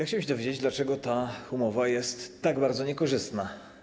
Chciałbym się dowiedzieć, dlaczego ta umowa jest tak bardzo niekorzystna.